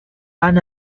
pan